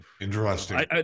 Interesting